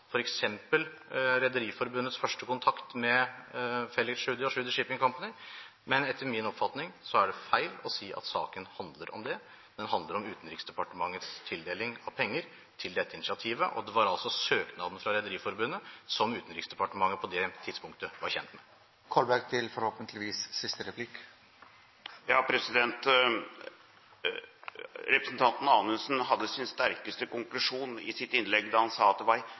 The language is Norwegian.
f.eks. Rederiforbundets første kontakt med Felix Tschudi og Tschudi Shipping Company. Men etter min oppfatning er det feil å si at saken handler om det. Den handler om Utenriksdepartementets tildeling av penger til dette initiativet, og det var altså søknaden fra Rederiforbundet som Utenriksdepartementet på det tidspunktet var kjent med. Representanten Anundsen hadde sin sterkeste konklusjon i sitt innlegg da han sa at det